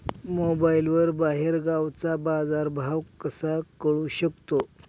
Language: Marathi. मोबाईलवर बाहेरगावचा बाजारभाव कसा कळू शकतो?